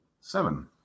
Seven